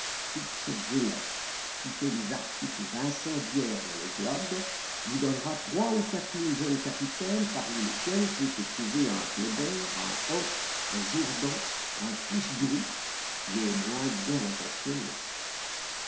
toute cette jeunesse qui fait des articles incendiaires dans le globe vous donnera trois ou quatre mille jeunes capitaines parmi lesquels peut se trouver un kléber un hoche un jourdan un pichegru mais moins bien intentionné